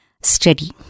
study